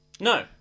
No